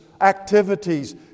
activities